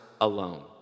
alone